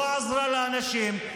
לא עזרה לאנשים,